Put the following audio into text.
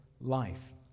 life